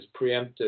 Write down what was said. preemptive